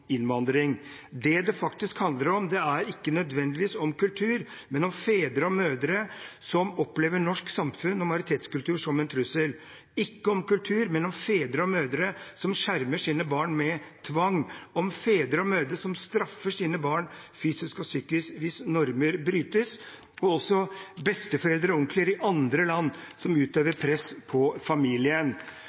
Det det faktisk handler om, er ikke nødvendigvis kultur, men om fedre og mødre som opplever norsk samfunn og majoritetskultur som en trussel – ikke om en kultur med fedre og mødre som skjermer sine barn med tvang, om fedre og mødre som straffer sine barn fysisk og psykisk hvis normer brytes, eller om besteforeldre og onkler i andre land som utøver press på familien.